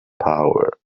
power